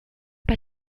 bei